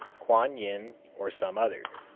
kuan yin or some other.